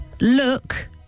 Look